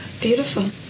Beautiful